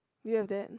do you have that